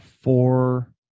four